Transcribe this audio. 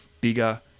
bigger